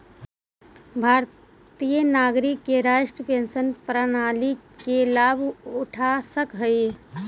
भारतीय नागरिक ही राष्ट्रीय पेंशन प्रणाली के लाभ उठा सकऽ हई